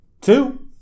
Two